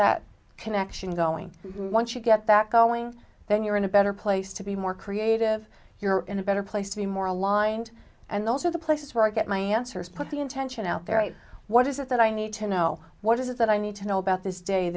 that connection going once you get that going then you're in a better place to be more creative you're in a better place to be more aligned and those are the places where i get my answers put the intention out there what is it that i need to know what is it that i need to know about this day